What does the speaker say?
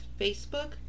Facebook